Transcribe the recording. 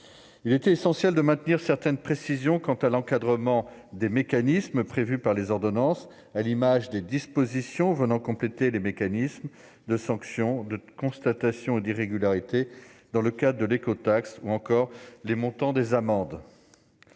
Il est essentiel de maintenir certaines précisions quant à l'encadrement des mécanismes prévus par les ordonnances, à l'image des dispositions venant soit compléter les mécanismes de sanction et de constatation d'irrégularités dans le cadre de l'écotaxe, soit préciser les montants des amendes.